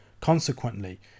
Consequently